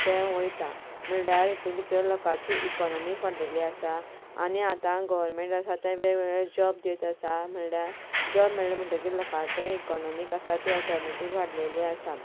ते वयतात म्हणल्यार हातूंत भितर लोकांची इकॉनॉमी वाडिल्ली आसा आनी आतां गॉरमँट आसा ते वेगवेगळे जॉब दीत आसात म्हणल्यार जॉब मेळें म्हणटकच लोकांची इकॉनॉमी आसा ती ऑटोमॅटीक वाडिल्ली आसा